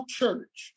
church